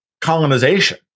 colonization